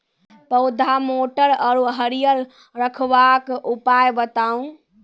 पौधा मोट आर हरियर रखबाक उपाय बताऊ?